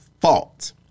fault